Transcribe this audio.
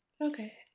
Okay